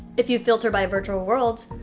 if you filter by virtual worlds,